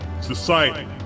society